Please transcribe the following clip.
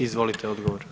Izvolite odgovor.